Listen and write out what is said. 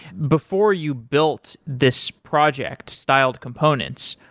before you built this project styled components,